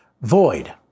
void